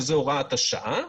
שזה הוראת השעה,